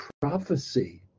prophecy